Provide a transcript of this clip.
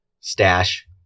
stash